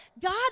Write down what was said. God